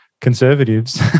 conservatives